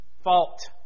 fault